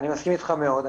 אני מסכים איתך מאוד.